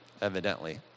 evidently